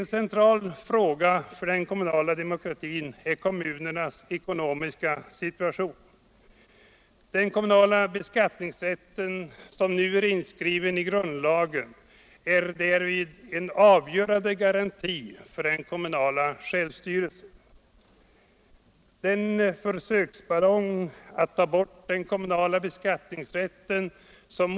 En central fråga för den kommunala demokratin är kommunernas ekonomiska situation. Den kommunala beskattningsrätten, som nu är inskriven i grundlagen, är därvid en avgörande garanti för den kommunala självstyrelsen.